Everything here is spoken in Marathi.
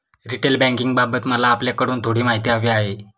रिटेल बँकिंगबाबत मला आपल्याकडून थोडी माहिती हवी आहे